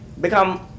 become